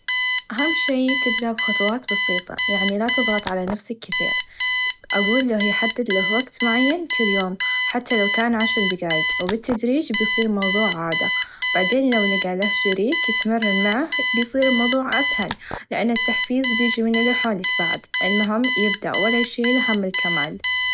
أهم شئ تبدأ بخطوات بسيطه يعني لا تضغط على نفسك كثير أقول له يحدد له وقت معين كل يوم حتى لو كان عشر دقائق و بالتدريچ بيصير الموضوع عاده بعدين لو لقى له شريك يتمرن معاه بيصير الموضوع أسهل لأن بيچي مو لحالك بعد المهم يبدأ ولا يشيل هم الكمال.